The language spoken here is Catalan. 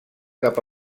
cap